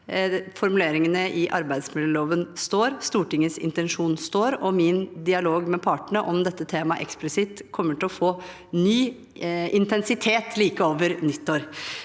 formuleringene i arbeidsmiljøloven står, Stortingets intensjon står, og min dialog med partene om dette temaet eksplisitt kommer til å få ny intensitet like over nyttår.